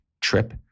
trip